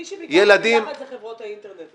מי שביקש --- זה חברות האינטרנט.